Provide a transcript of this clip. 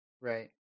Right